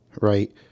right